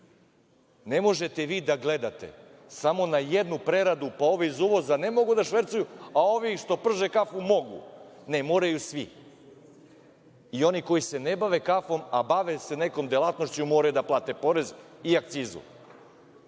možete vi da gledate samo na jednu preradu, pa ovi iz uvoza ne mogu da švercuju, a ovi što prže kafu mogu. Ne, moraju svi, i oni koji se ne bave kafom, a bave se nekom delatnošću, moraju da plate porez i akcizu.